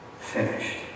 finished